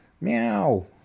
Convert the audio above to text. meow